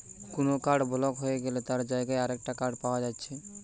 কুনো card block হই গ্যালে তার জাগায় আরেকটা কার্ড পায়া যাচ্ছে